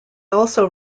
also